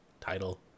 title